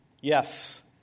Yes